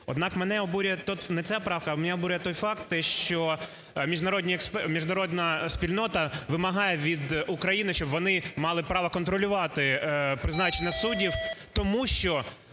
правка, мене обурює той факт, що міжнародна спільнота вимагає від України, щоб вони мали право контролювати призначення суддів, тому що